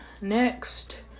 next